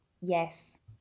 yes